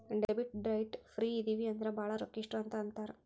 debit ಡೈಟ್ ಫ್ರೇ ಇದಿವಿ ಅಂದ್ರ ಭಾಳ್ ರೊಕ್ಕಿಷ್ಟ್ರು ಅಂತ್ ಅಂತಾರ